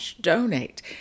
donate